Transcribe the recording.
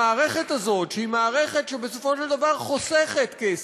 המערכת הזאת, שהיא מערכת שבסופו של דבר חוסכת כסף,